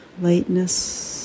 lightness